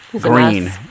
Green